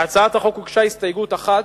להצעת החוק הוגשה הסתייגות אחת,